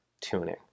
tuning